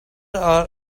are